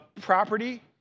property